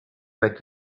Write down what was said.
like